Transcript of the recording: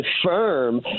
confirm